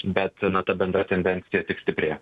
bet ta bendra tendencija tik stiprėja